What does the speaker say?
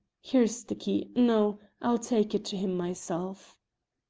here is the key no, i'll take it to him myself.